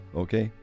okay